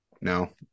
no